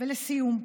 ולסיום,